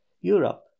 europe